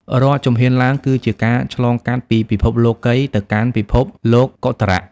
រាល់ជំហានឡើង គឺជាការឆ្លងកាត់ពីពិភពលោកីយ៍ទៅកាន់ពិភពលោកុត្តរៈ។